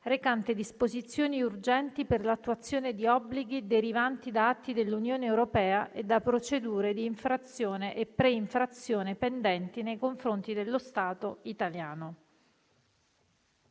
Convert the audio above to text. recante disposizioni urgenti per l'attuazione di obblighi derivanti da atti dell'Unione europea e da procedure di infrazione e pre-infrazione pendenti nei confronti dello Stato italiano»